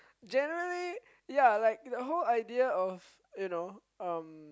Generally ya like the whole idea of you know um